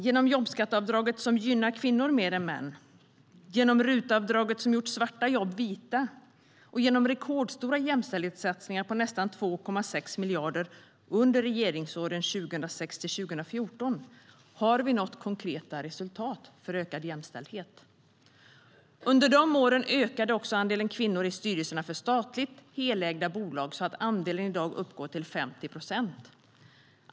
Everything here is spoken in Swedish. Genom jobbskatteavdraget, som gynnar kvinnor mer än män, genom RUT-avdraget, som har gjort svarta jobb vita, och genom rekordstora jämställdhetssatsningar på nästan 2,6 miljarder under regeringsåren 2006-2014 har vi nått konkreta resultat för ökad jämställdhet. Under de åren ökade också andelen kvinnor i styrelserna för statligt helägda bolag, så att andelen i dag uppgår till 50 procent.